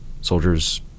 soldiers